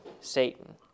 Satan